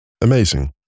amazing